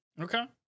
Okay